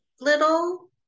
little